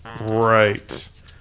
right